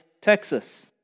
Texas